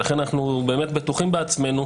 לכן אנחנו באמת בטוחים בעצמנו,